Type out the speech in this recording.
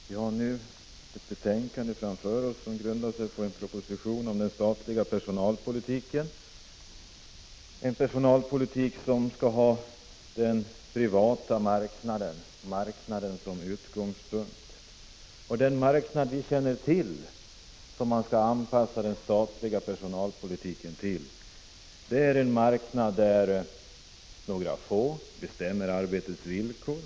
Fru talman! Det betänkande som vi nu har framför oss grundar sig på en proposition om den statliga personalpolitiken. Det är en personalpolitik som har den privata marknaden som utgångspunkt. Den marknad vi känner till, som den statliga personalpolitiken skall anpassas till, är en marknad där några få bestämmer arbetets villkor.